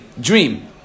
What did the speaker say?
dream